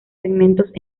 segmentos